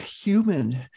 human